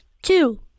Two